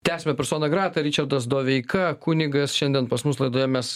tęsiame personą gratą ričardas doveika kunigas šiandien pas mus laidoje mes